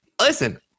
listen